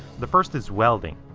the first is welding.